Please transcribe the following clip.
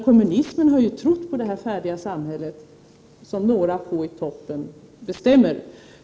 Kommunismen har ju trott på ett samhälle med några få i toppen som bestämmer.